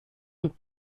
und